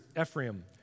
Ephraim